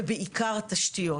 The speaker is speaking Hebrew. ובעיקר התשתיות,